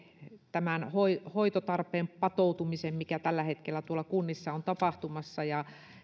hoitotarpeen patoutumisen mikä tällä hetkellä tuolla kunnissa on tapahtumassa ja